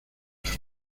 sus